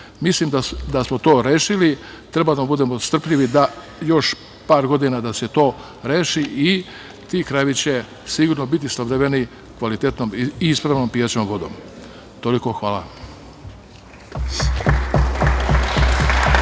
Mislim da smo to rešili. Treba da budemo strpljivi još par godina da se to reši i ti krajevi će sigurno biti snabdeveni kvalitetnom i ispravnom pijaćom vodom. Toliko. Hvala.